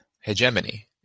hegemony